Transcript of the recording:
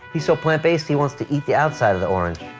he's so plant-based, he wants to eat the outside of the orange.